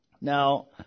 now